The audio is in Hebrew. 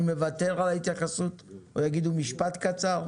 אני מוותר על ההתייחסות או יגידו משפט קצר,